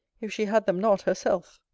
if she had them not herself?